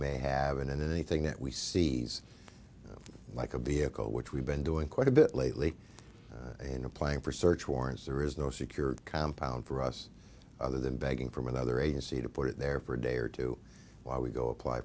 may have and anything that we see like a b ago which we've been doing quite a bit lately in applying for search warrants there is no secure compound for us other than begging from another agency to put it there for a day or two while we go apply